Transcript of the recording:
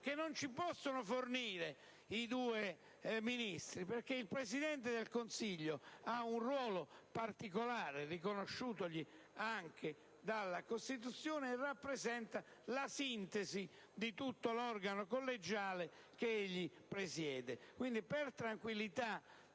che non ci possono fornire i due Ministri. Il Presidente del Consiglio ha infatti un ruolo particolare, riconosciutogli anche dalla Costituzione, e rappresenta la sintesi di tutto l'organo collegiale che egli presiede. Quindi, per tranquillità